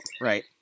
Right